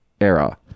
era